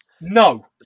No